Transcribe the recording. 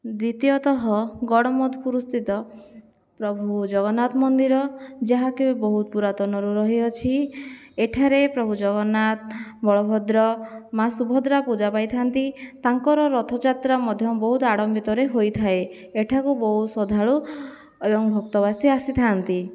ଦ୍ୱିତୀୟତଃ ଗଡ଼ମଧୁପୁର ସ୍ଥିତ ପ୍ରଭୁ ଜଗନ୍ନାଥ ମନ୍ଦିର ଯାହାକି ବହୁତ ପୁରାତନରୁ ରହିଅଛି ଏଠାରେ ପ୍ରଭୁ ଜଗନ୍ନାଥ ବଳଭଦ୍ର ମା' ସୁଭଦ୍ରା ପୂଜା ପାଇଥାନ୍ତି ତାଙ୍କର ରଥଯାତ୍ରା ମଧ୍ୟ ବହୁତ ଆଡ଼ମ୍ୱିତରେ ହୋଇଥାଏ ଏଠାକୁ ବହୁତ ଶ୍ରଦ୍ଧାଳୁ ଏବଂ ଭକ୍ତବାସୀ ଆସିଥାନ୍ତି